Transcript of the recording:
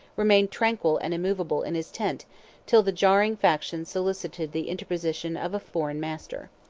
remained tranquil and immovable in his tent till the jarring factions solicited the interposition of a foreign master.